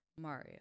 Mario